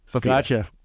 gotcha